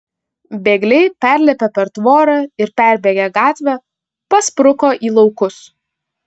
bėgliai perlipę per tvorą ir perbėgę gatvę paspruko į laukus